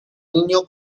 niño